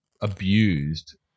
abused